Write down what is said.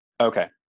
Okay